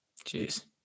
Jeez